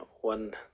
one